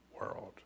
world